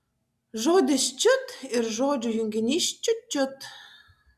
žodis čiut ir žodžių junginys čiut čiut